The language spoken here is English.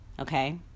okay